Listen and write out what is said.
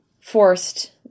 forced